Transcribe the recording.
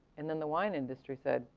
and then the wine industry said,